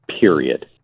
period